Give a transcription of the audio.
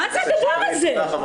מה זה הדבר הזה?